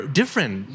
different